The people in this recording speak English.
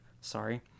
sorry